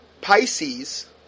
Pisces